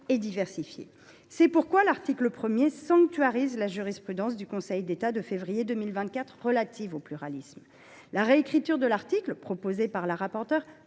et diversifiée. C’est pourquoi l’article 1 sanctuarise la jurisprudence du Conseil d’État du 13 février 2024 relative au pluralisme. La nouvelle rédaction de l’article proposée par la rapporteure